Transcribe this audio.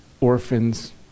orphans